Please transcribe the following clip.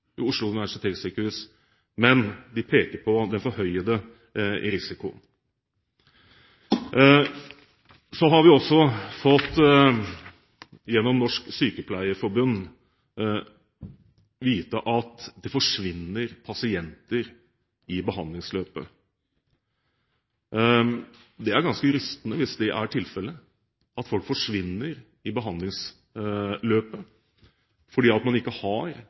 Oslo universitetssykehus, men de peker på den forhøyede risiko. Vi har gjennom Norsk Sykepleierforbund fått vite at det forsvinner pasienter i behandlingsløpet. Det er ganske rystende hvis det er tilfellet, at folk forsvinner i behandlingsløpet fordi man ikke har